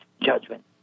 judgment